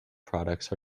products